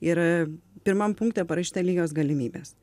ir pirmam punkte parašyta lygios galimybės